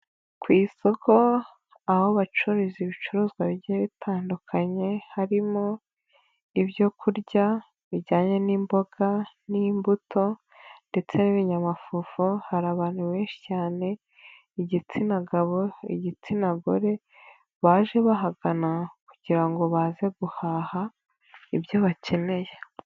Ku isoko aho bacuruza ibicuruzwa bigiye bitandukanye harimo ibyo kurya bijyanye n'imboga n'imbuto ndetse n'ibinyamafufu, hari abantu benshi cyane igitsina gabo, igitsina gore baje bahagana kugira ngo baze guhaha ibyo bakeneye.